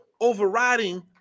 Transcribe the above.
overriding